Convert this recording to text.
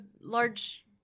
large